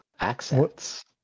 accents